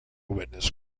witness